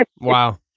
Wow